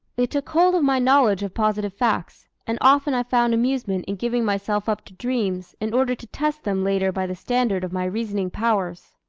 it took hold of my knowledge of positive facts, and often i found amusement in giving myself up to dreams in order to test them later by the standard of my reasoning powers.